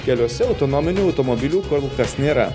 keliuose autonominių automobilių kol kas nėra